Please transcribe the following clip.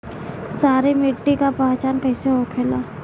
सारी मिट्टी का पहचान कैसे होखेला?